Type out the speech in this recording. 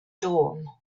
dawn